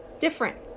different